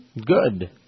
Good